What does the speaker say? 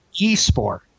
eSport